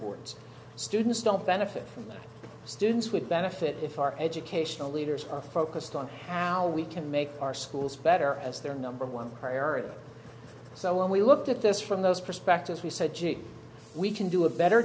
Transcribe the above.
boards students don't benefit from this dunes would benefit if our educational leaders are focused on how we can make our schools better as their number one priority so when we looked at this from those perspectives we said we can do a better